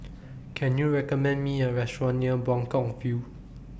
Can YOU recommend Me A Restaurant near Buangkok View